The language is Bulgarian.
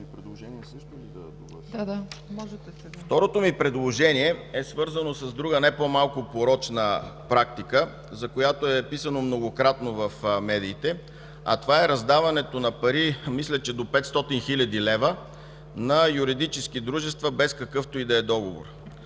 Второто ми предложение е свързано с друга, не по-малко порочна практика, за която е писано многократно в медиите, а това е раздаването на пари, мисля че до 500 хил. лв., на юридически дружества без какъвто и да е договор.